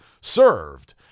served